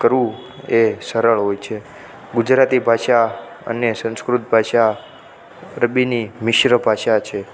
કરવું એ સરળ હોય છે ગુજરાતી ભાષા અને સંસ્કૃત ભાષા અરબીની મિશ્ર ભાષા છે